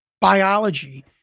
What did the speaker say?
biology